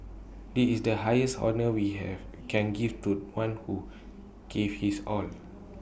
this is the highest honour we have can give to one who gave his all